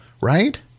Right